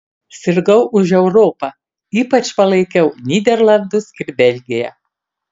sirgau už europą ypač palaikiau nyderlandus ir belgiją